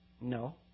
No